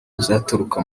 uzaturuka